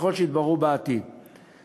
ככל שיתבררו בעתיד,